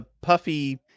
puffy